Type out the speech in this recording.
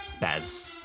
Baz